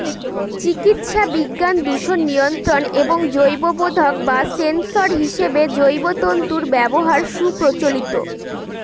চিকিৎসাবিজ্ঞান, দূষণ নিয়ন্ত্রণ এবং জৈববোধক বা সেন্সর হিসেবে জৈব তন্তুর ব্যবহার সুপ্রচলিত